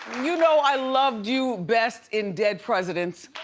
you know, i loved you best in dead presidents.